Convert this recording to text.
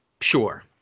Sure